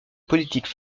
politique